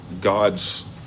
God's